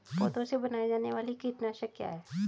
पौधों से बनाई जाने वाली कीटनाशक क्या है?